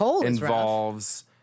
involves